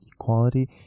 equality